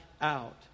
out